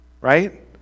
right